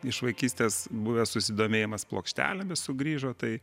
iš vaikystės buvęs susidomėjimas plokštelėmis sugrįžo tai